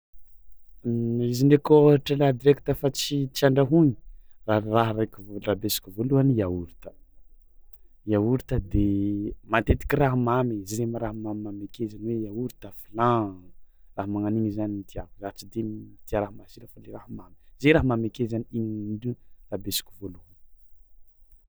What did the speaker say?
Izy ndraiky koa ôhatra laha direkta fa tsy tsy andrahoigny, ra- raha raiky volabesiko voalohany yaourt, yaourt de matetiky raha mamy zay miraha mamimamy ake zany hoe yaourt, flan, raha magna an'igny zany tiàko, za tsy de n- tia raha masira fa le raha mamy, zay raha mamy ake zany igny ndr- rabesiko voalohany.